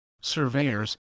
surveyors